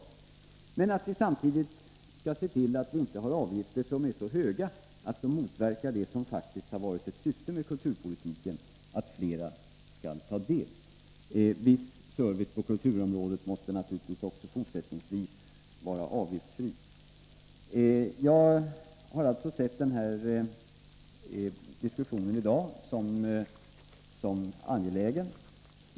Nr 27 Men vi skall samtidigt se till att vi inte har avgifter som är så höga att de Fredagen den motverkar det som faktiskt varit ett syfte med kulturpolitiken, att flera skall 18 november 1983 ta del. Viss service på kulturområdet måste naturligtvis också fortsättningsvis vara:avgiftsfri. Om kulturpolitiken Jag anser att den här diskussionen i dag är angelägen.